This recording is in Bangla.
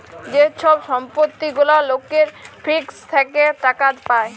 যে ছব সম্পত্তি গুলা লকের ফিক্সড থ্যাকে টাকা পায়